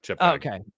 Okay